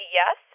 yes